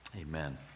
Amen